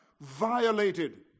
violated